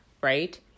right